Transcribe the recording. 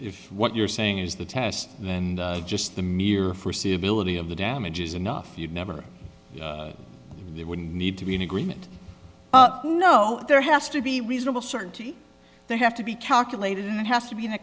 if what you're saying is the test and just the mere foreseeability of the damages enough you'd never you wouldn't need to be in agreement no there has to be reasonable certainty they have to be calculated and it has to be in a